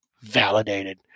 validated